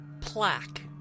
plaque